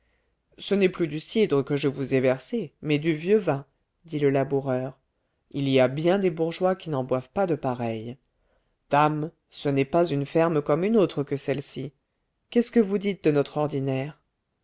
ce n'est plus du cidre que je vous ai versé mais du vieux vin dit le laboureur il y a bien des bourgeois qui n'en boivent pas de pareil dame ce n'est pas une ferme comme une autre que celle-ci qu'est-ce que vous dites de notre ordinaire